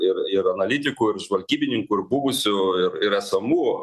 ir ir analitikų ir žvalgybininkų ir buvusių ir ir esamų